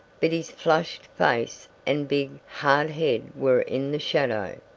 but his flushed face and big, hard head were in the shadow.